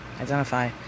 identify